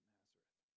Nazareth